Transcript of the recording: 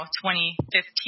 2015